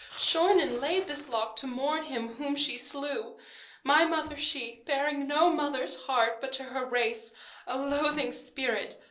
shorn and laid this lock to mourn him whom she slew my mother she, bearing no mother's heart, but to her race a loathing spirit,